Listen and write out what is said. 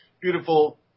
beautiful